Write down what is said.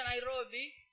Nairobi